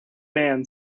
man